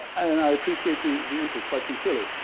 and i appreciate the the interest quite sincerely.